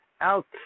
out